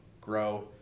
grow